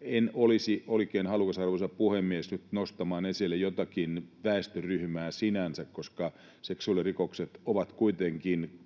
En olisi oikein halukas, arvoisa puhemies, nyt nostamaan esille jotakin väestöryhmää sinänsä, koska seksuaalirikokset ovat kuitenkin